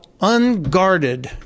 unguarded